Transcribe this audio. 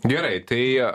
gerai tai